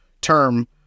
term